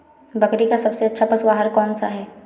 बकरी का सबसे अच्छा पशु आहार कौन सा है?